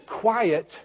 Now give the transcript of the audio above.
quiet